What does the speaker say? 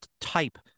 type